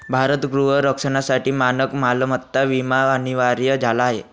भारत गृह रक्षणासाठी मानक मालमत्ता विमा अनिवार्य झाला आहे